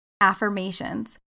affirmations